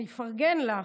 אני אפרגן לך,